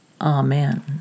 Amen